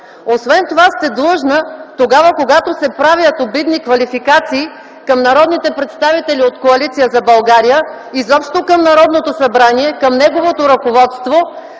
Освен това сте длъжна, тогава, когато се правят обидни квалификации към народните представители от Коалиция за България, изобщо към Народното събрание, към неговото ръководство,